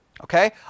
Okay